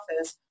office